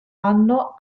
anno